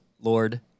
Lord